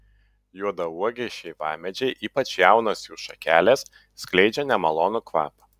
juodauogiai šeivamedžiai ypač jaunos jų šakelės skleidžia nemalonų kvapą